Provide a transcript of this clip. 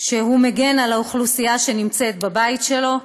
שהוא מגן על האוכלוסייה שנמצאת בבית שלו,